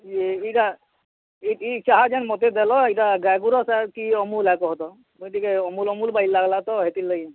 ଇଟା ଇ ଚାହା ଯେନ୍ ମତେ ଦେଲ ଇଟା ଗାଏ ଗୁରସ୍ ଆଏ କି ଅମୁଲ୍ ଆଏ କହତ ଟିକେ ଅମୁଲ୍ ଅମୁଲ୍ ବାଗି ଲାଗ୍ଲା ତ ହେତିର୍ ଲାଗି